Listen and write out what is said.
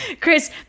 Chris